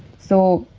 so,